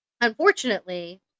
unfortunately